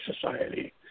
society